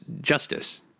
justice